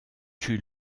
tue